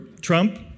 Trump